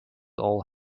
all